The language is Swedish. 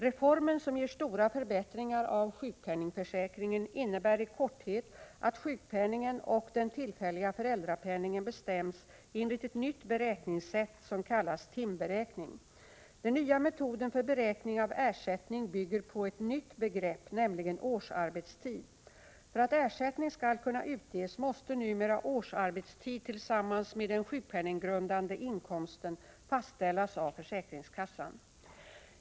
Reformen — som ger stora förbättringar av sjukpenningförsäkringen — innebär i korthet att sjukpenningen och den tillfälliga föräldrapenningen bestäms enligt ett nytt beräkningssätt som kallas timberäkning. Den nya metoden för beräkning av ersättning bygger på ett nytt begrepp, nämligen årsarbetstid. För att ersättning skall kunna utges måste numera årsarbetstid tillsammans med den sjukpenninggrundande inkomsten fastställas av försäkringskassan.